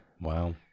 Wow